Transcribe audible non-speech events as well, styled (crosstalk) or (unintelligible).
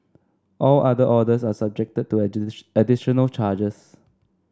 all other orders are subjected to (unintelligible) additional charges